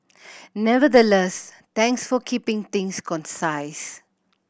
nevertheless thanks for keeping things concise